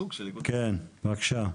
שלום.